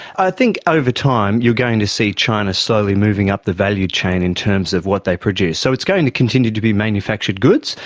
i think over time you are going to see china slowly moving up the value chain in terms of what they produce. so it's going to continue to be manufactured goods.